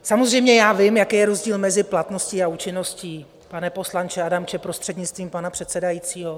Samozřejmě vím, jaký je rozdíl mezi platností a účinností, pane poslanče Adamče, prostřednictvím pana předsedajícího.